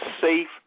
safe